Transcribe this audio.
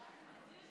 לסכם